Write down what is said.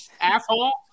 asshole